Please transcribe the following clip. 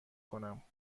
کنم